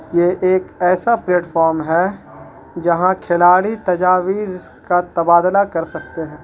یہ ایک ایسا پلیٹفام ہے جہاں کھلاڑی تجاویز کا تبادلہ کر سکتے ہیں